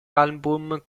album